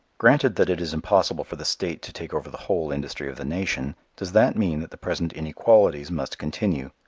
granted that it is impossible for the state to take over the whole industry of the nation, does that mean that the present inequalities must continue?